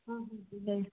हाँ बिल्कुल है